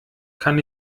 kann